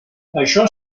això